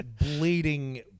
bleeding